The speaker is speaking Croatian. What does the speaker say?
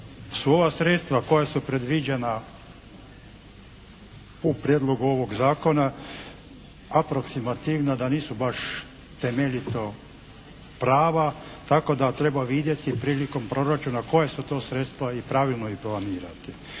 su ova sredstva koja su predviđena u prijedlogu ovog zakona, aproksimativno da nisu baš temeljito prava tako da treba vidjeti prilikom proračuna koja su to sredstva i pravilno ih …/Govornik